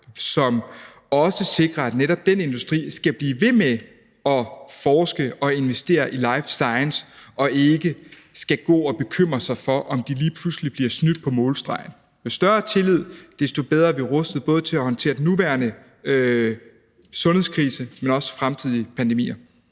som også sikrer, at netop den industri kan blive ved med at forske og investere i life science og ikke skal gå og bekymre sig for, om de lige pludselig bliver snydt på målstregen, desto bedre er vi rustet til at håndtere både den nuværende sundhedskrise, men også fremtidige pandemier.